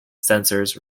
sensors